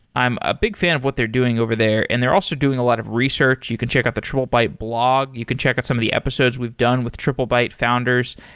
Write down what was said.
i'm a big fan of what they're doing over there and they're also doing a lot of research. you can check out the triplebyte blog. you can check out some of the episodes we've done with triplebyte founders.